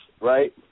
right